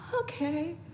Okay